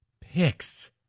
Picks